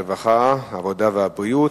הרווחה והבריאות.